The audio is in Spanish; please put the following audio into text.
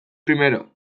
primero